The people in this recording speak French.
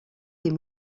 des